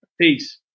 Peace